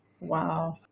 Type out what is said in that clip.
Wow